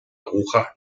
aguja